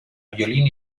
violín